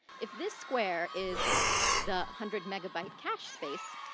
if this square is the hundred megabyte cache space.